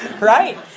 Right